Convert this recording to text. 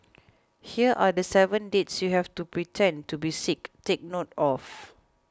here are the seven dates you have to pretend to be sick take note of